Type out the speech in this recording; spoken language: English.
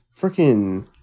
freaking